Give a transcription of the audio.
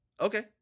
Okay